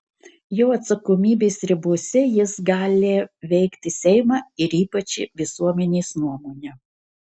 jo atsakomybės ribose jis gali veikti seimą ir ypač visuomenės nuomonę